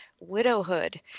widowhood